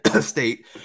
State